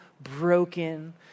broken